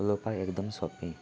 उलोवपाक एकदम सोंपें